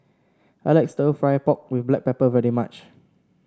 I like stir fry pork with Black Pepper very much